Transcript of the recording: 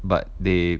but they